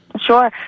Sure